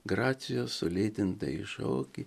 gracijos sulėtintąjį šokį